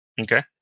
Okay